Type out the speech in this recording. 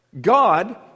God